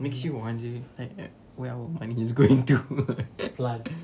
makes you wonder like where our money is going to